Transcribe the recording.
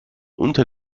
unter